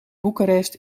bucharest